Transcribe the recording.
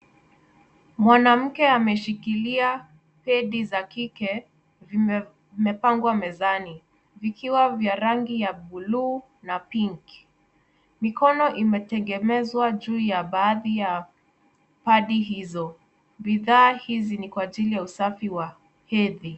Mwanamke ameshikilia pedi za kike. Zimepangwa mezani, vikiwa vya rangi ya buluu na pinki. Mikono imetegemezwa juu ya baadhi ya padi hizo. Bidhaa hizi ni kwa ajili ya usafi wa hedhi.